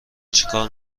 چیکار